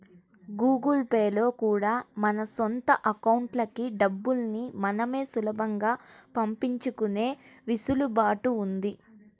Google Pay లో కూడా మన సొంత అకౌంట్లకి డబ్బుల్ని మనమే సులభంగా పంపించుకునే వెసులుబాటు ఉంది